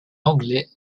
anglais